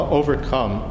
overcome